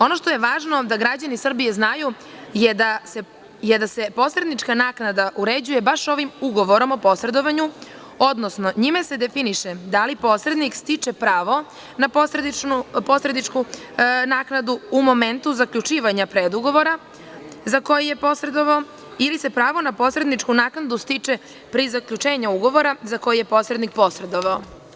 Ono što je važno da građani Srbije znaju je da se posrednička naknada uređuje baš ovim ugovorom o posredovanju, odnosno njime se definiše da li posrednik stiče pravo na posredničku naknadu u momentu zaključivanja predugovora za koji je posredovao ili se pravo na posredničku naknadu stiče pri zaključenju ugovora za koji je posrednik posredovao.